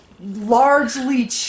largely